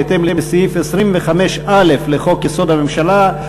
בהתאם לסעיף 25(א) לחוק-יסוד: הממשלה,